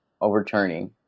overturning